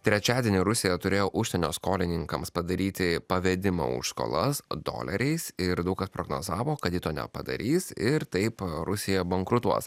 trečiadienį rusija turėjo užsienio skolininkams padaryti pavedimą už skolas doleriais ir daug kas prognozavo kad ji to nepadarys ir taip rusija bankrutuos